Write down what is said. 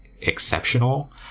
exceptional